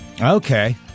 Okay